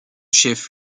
chef